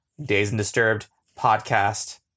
daysanddisturbedpodcast